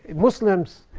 muslims,